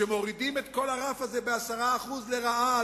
שמורידים את כל הרף הזה ב-10% לרעה,